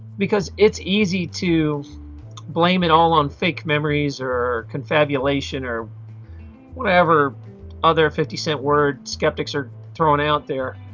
because it's easy to blame it all on fake memories or confabulation or whatever other fifty cent word skeptics are thrown out there.